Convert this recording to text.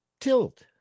tilt